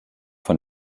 von